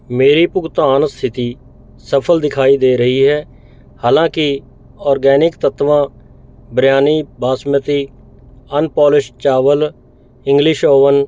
ਮੇਰੀ ਭੁਗਤਾਨ ਸਥਿਤੀ ਸਫਲ ਦਿਖਾਈ ਦੇ ਰਹੀ ਹੈ ਹਾਲਾਂਕਿ ਔਰਗੈਨਿਕ ਤੱਤਵਾ ਬਰਿਆਨੀ ਬਾਸਮਤੀ ਅਨਪੌਲਿਸ਼ਡ ਚਾਵਲ ਇੰਗਲਿਸ਼ ਓਵਨ